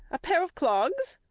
a pair of clogs?